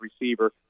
receiver